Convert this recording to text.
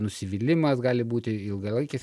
nusivylimas gali būti ilgalaikis